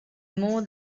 more